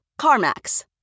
CarMax